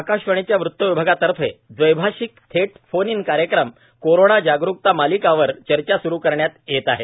आकाशवाणीच्या वृतविभागातर्फे दवैभाषिक थेट फोन इन कार्यक्रम कोरोना जागुकता मालिका वर चर्चा स्रु करण्यात येत आहे